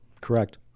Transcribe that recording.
Correct